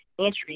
entry